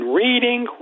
reading